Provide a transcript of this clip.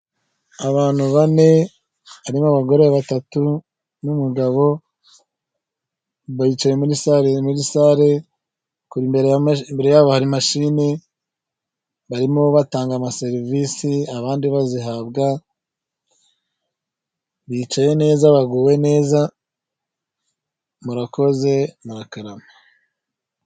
Abantu bane harimo abagore batatu n'umugabo, bayicaye muri sale muri sale imashine, barimo batanga amaserivisi abandi bazihabwa, bicaye neza baguwe neza murakoze murakarama.